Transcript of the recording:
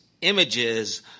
images